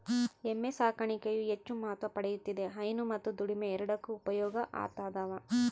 ಎಮ್ಮೆ ಸಾಕಾಣಿಕೆಯು ಹೆಚ್ಚು ಮಹತ್ವ ಪಡೆಯುತ್ತಿದೆ ಹೈನು ಮತ್ತು ದುಡಿಮೆ ಎರಡಕ್ಕೂ ಉಪಯೋಗ ಆತದವ